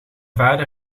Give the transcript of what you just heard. vader